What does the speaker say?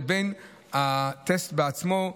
לבין הטסט עצמו,